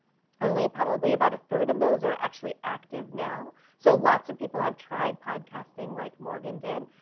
only probably about a third of those are actually active now. so lots of people have tried podcasting, like morgan did,